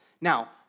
Now